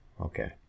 Okay